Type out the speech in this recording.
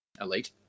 Elite